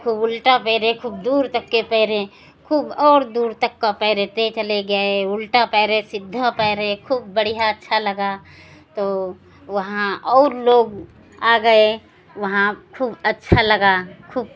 खूब उल्टा तैरे खूब दूर तक के तैरे खूब और दूर तक का तैरते चले गए उल्टा तैरे सीधा तैरे खूब बढ़ियाँ अच्छा लगा तो वहाँ और लोग आ गए वहाँ खूब अच्छा लगा खूब